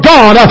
God